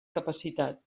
capacitat